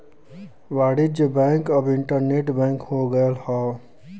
वाणिज्य बैंक अब internet bank हो गयल हौ